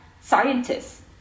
scientists